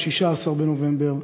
16 בנובמבר,